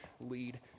lead